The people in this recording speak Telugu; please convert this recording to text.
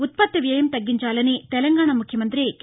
ఉత్పత్తి వ్యరుం తగ్గించాలని తెలంగాణా ముఖ్యమంత్రి కె